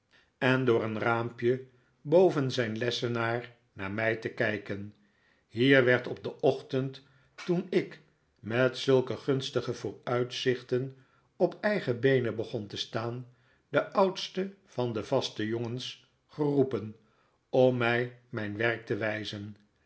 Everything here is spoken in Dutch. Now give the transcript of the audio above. en door een raampje boven zijn lessenaar naar mij te kijken hier werd op den ochtend toen ik met zulke gunstige vooruitzichten op eigen beenen begon te staan de oudste van de vaste jongens geroepen om mij mijn werk te wijzen